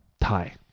tie